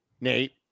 Nate